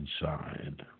inside